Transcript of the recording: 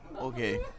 Okay